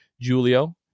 Julio